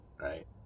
right